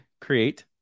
create